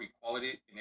equality